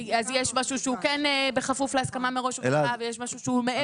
אז יש משהו שהוא כן בכפוף להסכמה מראש ויש משהו שהוא מעבר.